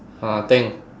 ah think